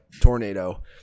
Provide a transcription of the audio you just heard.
tornado